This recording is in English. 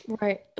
Right